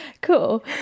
Cool